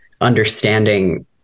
understanding